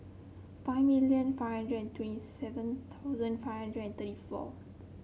five million five hundred and twenty seven thousand five hundred and thirty four